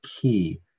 key